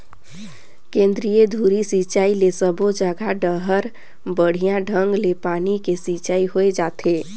केंद्रीय धुरी सिंचई ले सबो जघा डहर बड़िया ढंग ले पानी के सिंचाई होय जाथे